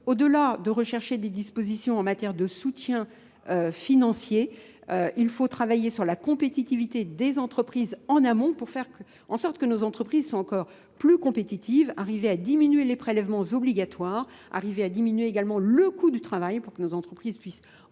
delà de rechercher des dispositions en matière de soutien financier, il faut travailler sur la compétitivité des entreprises en amont pour faire en sorte que nos entreprises sont encore plus compétitives, arriver à diminuer les prélèvements obligatoires, arriver à diminuer également le coût du travail pour que nos entreprises puissent embaucher